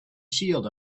shield